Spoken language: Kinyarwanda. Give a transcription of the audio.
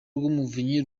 rw’umuvunyi